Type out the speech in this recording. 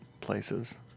places